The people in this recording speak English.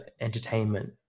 entertainment